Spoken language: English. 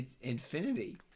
Infinity